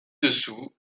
dessous